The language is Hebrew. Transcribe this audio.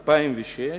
2006,